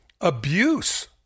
abuse